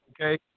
Okay